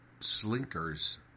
slinkers